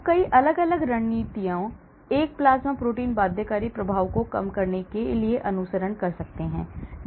तो कई अलग अलग रणनीतियों एक प्लाज्मा प्रोटीन बाध्यकारी प्रभाव को कम करने के लिए अनुसरण कर सकते हैं